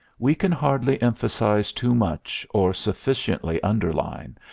we can hardly emphasize too much, or sufficiently underline,